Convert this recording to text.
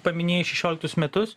paminėjai šešioliktus metus